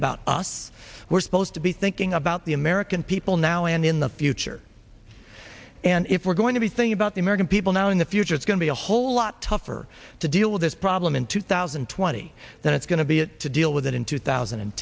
about us we're supposed to be thinking about the american people now and in the future and if we're going to be thing about the american people now in the future it's going to be a whole lot tougher to deal with this problem in two thousand and twenty than it's going to be to deal with that in two thousand and